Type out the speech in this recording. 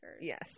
Yes